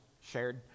shared